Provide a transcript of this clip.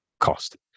cost